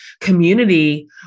community